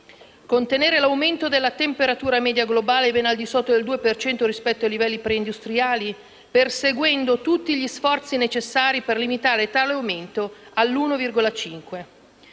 contenere l'aumento della temperatura media globale ben al di sotto dei 2 gradi rispetto ai livelli pre-industriali, perseguendo tutti gli sforzi necessari per limitare tale aumento a 1,5